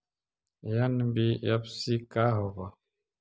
NBFC का होब?